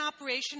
operation